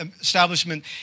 establishment